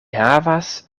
havas